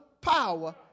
power